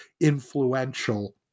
influential